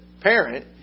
parent